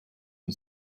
and